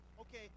okay